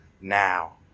now